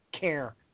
care